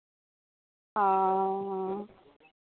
ᱚᱻ